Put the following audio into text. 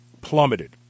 plummeted